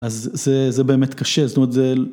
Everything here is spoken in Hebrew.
אז זה באמת קשה זאת אומרת זה.